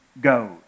goes